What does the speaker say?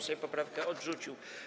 Sejm poprawkę odrzucił.